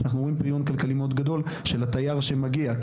אנחנו רואים פיריון כלכלי מאוד גדול של התייר שמגיע.